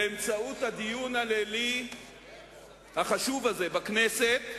באמצעות הדיון הלילי החשוב הזה בכנסת,